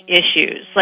issues